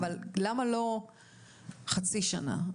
אבל למה לא חצי שנה,